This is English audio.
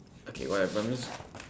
okay whatever miss